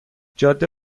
جاده